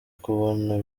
kubona